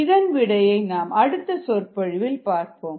இதன் விடையை நாம் அடுத்த சொற்பொழிவில் பார்ப்போம்